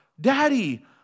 Daddy